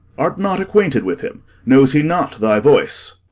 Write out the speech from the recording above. art not acquainted with him? knows he not thy voice?